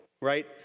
right